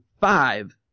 five